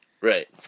Right